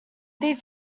these